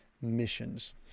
missions